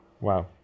wow